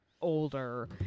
older